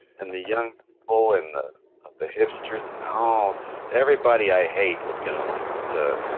and the young oh and the the hipsters oh everybody i hate is going to want to